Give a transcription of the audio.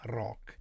rock